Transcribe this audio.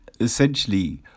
essentially